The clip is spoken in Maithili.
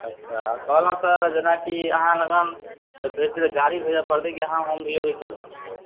अच्छा कहलहुँ सर जेनाकि अहाँ लग तऽ भेजत गाड़ी भेजऽ पड़तइ की अहाँ होम डिलीवरी कए दै छियै सर